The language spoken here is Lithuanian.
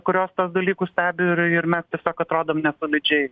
kurios tuos dalykus stebi ir ir mes tiesiog atrodom nesolidžiai